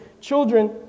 children